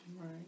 Right